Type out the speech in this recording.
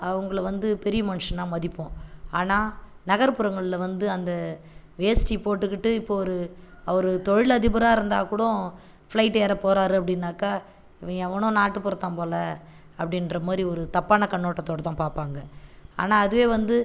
அவங்கள வந்து பெரிய மனுஷனாக மதிப்போம் ஆனால் நகர்ப்புறங்களில் வந்து அந்த வேஸ்ட்டி போட்டுக்கிட்டு இப்போது ஒரு அவர் தொழில் அதிபராருந்தாக கூடோ ஃப்ளைட்டு ஏற போகிறாரு அப்படினாக்க இவன் எவனோ நாட்டுப்புறத்தான் போல் அப்படின்ற மாதிரி ஒரு தப்பான கண்ணோட்டத்தோடதான் பார்ப்பாங்க ஆனால் அதுவே வந்து